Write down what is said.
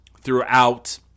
throughout